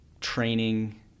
training